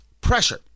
pressure